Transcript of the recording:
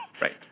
right